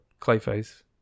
Clayface